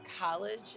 college